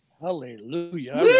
Hallelujah